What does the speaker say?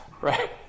Right